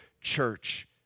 church